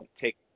take